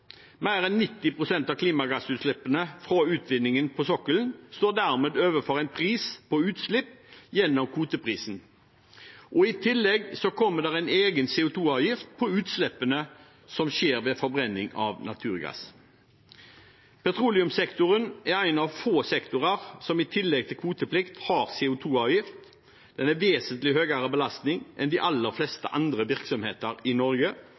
Mer enn 90 pst. av klimagassutslippene fra utvinningen på sokkelen står dermed overfor en pris på utslipp gjennom kvoteprisen. I tillegg kommer det en egen CO2-avgift for utslippene som kommer fra forbrenning av naturgass. Petroleumssektoren er en av få sektorer som i tillegg til kvoteplikt har en CO2-avgift – en vesentlig større belastning enn andre virksomheter i Norge